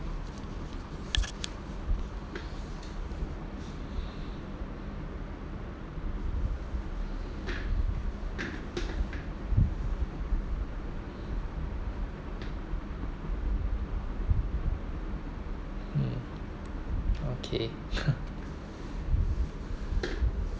mm okay